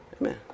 Amen